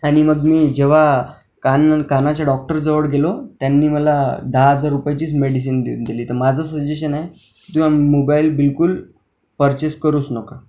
आणि मग मी जेव्हा कान कानाच्या डॉक्टरजवळ गेलो त्यांनी मला दहा हजार रुपयाचीच मेडिसिन लिहून दिली तर माझं सजेशन आहे तो मोबाईल बिलकुल पर्चेस करूच नका